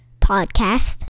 podcast